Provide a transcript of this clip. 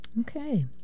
Okay